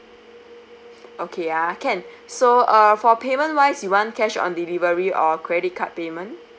okay ah can so uh for payment wise you want cash on delivery or credit card payment